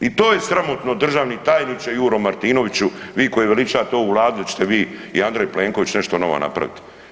I to je sramotno, državni tajniče Juro Martinoviću, vi koji veličate ovu Vladu da ćete vi i A. Plenković nešto novo napraviti.